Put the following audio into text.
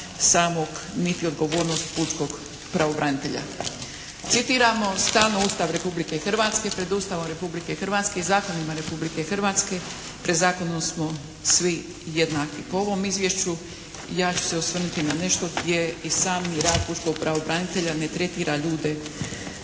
samog niti odgovornost pučkog pravobranitelja. Citiramo stalno Ustav Republike Hrvatske. Pred Ustavom Republike Hrvatske i zakonima Republike Hrvatske pred zakonom smo svi jednaki. Po ovom izvješću ja ću se osvrnuti na nešto gdje i sami rad pučkog pravobranitelja ne tretira ljude